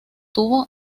tuvo